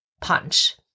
punch